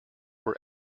were